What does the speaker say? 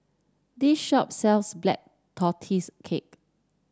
this shop sells Black Tortoise Cake